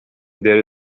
there